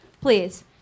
Please